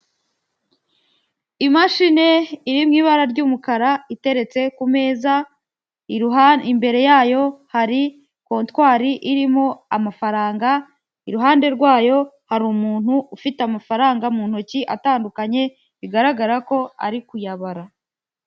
Imashini iri mu ibara ry'umukara iteretse ku meza, imbere yayo hari kontwari irimo amafaranga, iruhande rwayo hari umuntu ufite amafaranga mu ntoki atandukanye, bigaragara ko ari kuyabara.